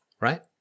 Right